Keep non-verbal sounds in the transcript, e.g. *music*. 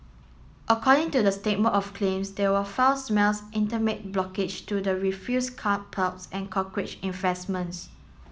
according to the statement of claims there were foul smells intermit blockage to the refuse can't piles and cockroach *unintelligible*